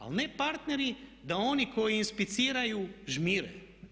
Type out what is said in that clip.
Ali ne partneri da oni koji inspiciraju žmire.